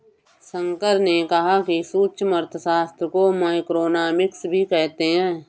शंकर ने कहा कि सूक्ष्म अर्थशास्त्र को माइक्रोइकॉनॉमिक्स भी कहते हैं